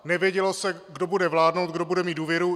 Nevědělo se, kdo bude vládnout, kdo bude mít důvěru.